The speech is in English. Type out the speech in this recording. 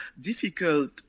difficult